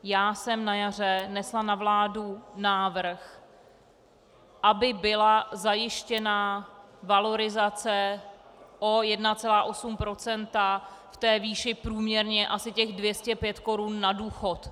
Já jsem na jaře nesla na vládu návrh, aby byla zajištěna valorizace o 1,8 % v té výši průměrně asi 205 korun na důchod.